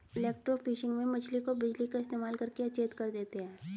electrofishing में मछली को बिजली का इस्तेमाल करके अचेत कर देते हैं